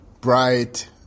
bright